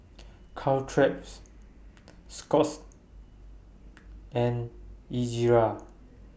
Caltrate's Scott's and Ezerra